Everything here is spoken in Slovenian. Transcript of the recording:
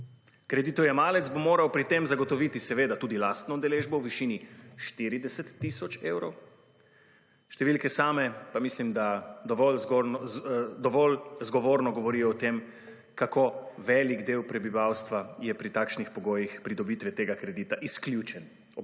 Kreditojemalec bo moral pri tem zagotoviti seveda tudi lastno udeležbo v višini 40 tisoč evrov. Številke same pa mislim, da dovolj zgovorno govorijo o tem, kako velik del prebivalstva je pri takšnih pogojih pridobitve tega kredita izključen.